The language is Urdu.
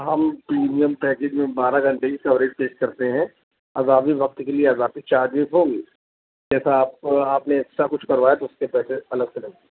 ہم پریمیم پیکیج میں بارہ گھنٹے کی کوریج پیش کرتے ہیں اضافی وقت کے لیے اضافی چارجز ہوں گی جیسا آپ کو آپ نے ایکسٹرا کچھ کروایا تو اُس کے پیسے الگ سے لگیں